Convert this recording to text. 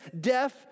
deaf